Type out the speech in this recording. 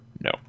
No